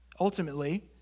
Ultimately